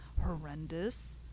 Horrendous